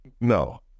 No